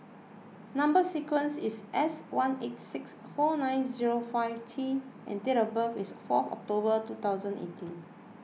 Number Sequence is S one eight six four nine zero five T and date of birth is four October two thousand eighteen